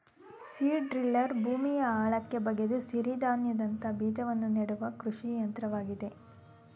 seed driller ಭೂಮಿಯ ಆಳಕ್ಕೆ ಬಗೆದು ಸಿರಿಧಾನ್ಯದಂತ ಬೀಜವನ್ನು ನೆಡುವ ಕೃಷಿ ಯಂತ್ರವಾಗಿದೆ